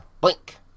Blink